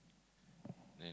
then